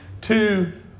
two